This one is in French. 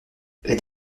elle